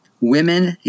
women